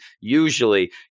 usually